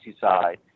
side